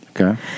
Okay